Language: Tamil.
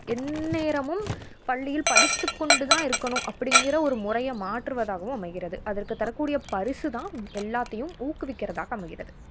எந்நேரமும் பள்ளியில் படித்துக்கொண்டு தான் இருக்கணும் அப்படிங்கிற ஒரு முறைய மாற்றுவதாகவும் அமைகிறது அதற்கு தரக்கூடிய பரிசு தான் எல்லாத்தையும் ஊக்குவிக்கிறதாக அமைகிறது